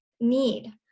need